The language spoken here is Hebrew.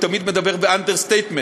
הוא תמיד מדבר באנדרסטייטמנט,